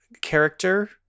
character